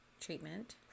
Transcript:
treatment